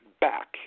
back